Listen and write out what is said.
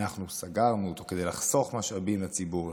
ואנחנו סגרנו אותו כדי לחסוך משאבים לציבור,